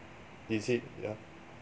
is it yeah